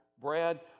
brad